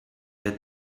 that